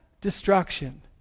Destruction